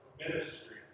ministry